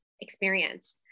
experience